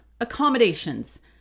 accommodations